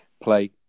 play